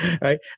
right